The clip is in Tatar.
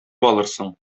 алырсың